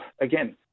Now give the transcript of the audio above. Again